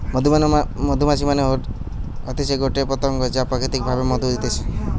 মধুমাছি মানে হতিছে গটে পতঙ্গ যা প্রাকৃতিক ভাবে মধু দিতেছে